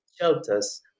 shelters